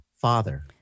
Father